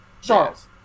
Charles